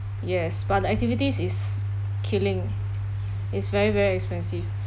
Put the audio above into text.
yes but the activities is killing is very very expensive